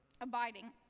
abiding